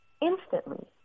instantly